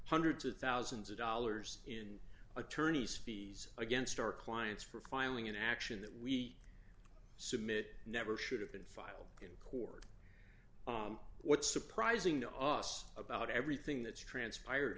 hundreds of thousands of dollars in attorney's fees against our clients for filing an action that we submit never should have been filed in court what's surprising to us about everything that's transpired